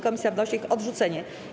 Komisja wnosi o ich odrzucenie.